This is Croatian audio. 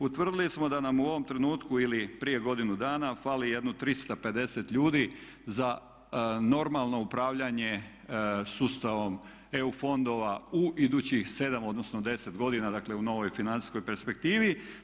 Utvrdili smo da nam u ovom trenutku ili prije godinu dana fali jedno 350 ljudi za normalno upravljanje sustavom EU fondova u idućih 7 odnosno 10 godina, dakle u novoj financijskoj perspektivi.